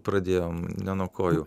pradėjom ne nuo kojų